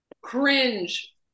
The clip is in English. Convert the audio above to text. Cringe